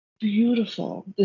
beautiful